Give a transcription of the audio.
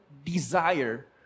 desire